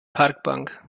parkbank